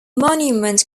monument